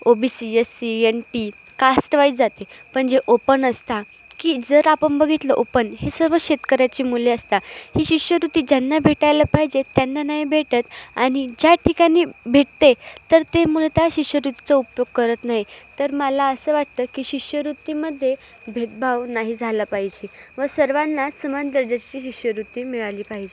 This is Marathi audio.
ओ B C S C N T caste wise जाते पण जे ओपन असता की जर आपम बघितलं ओपन ही सर्व शेतकऱ्यांची मुले असता ही शिष्यवृत्ती ज्यांना भेटायला पाहिजेत त्यांना नाही भेटत आणि ज्या ठिकाणी भेटते तर ती मुलं त्या शिष्यवृत्तीचा उपयोग करत नाही तर मला असं वाटतं की शिष्यवृत्तीमध्ये भेदभाव नाही झाला पाहिजे व सर्वांना समान दर्जाशी शिष्यवृत्ती मिळाली पाहिजे